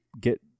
get